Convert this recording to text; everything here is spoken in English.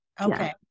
Okay